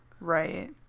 Right